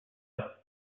are